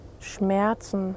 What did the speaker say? Schmerzen